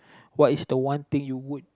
what is the one thing you would